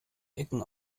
ecken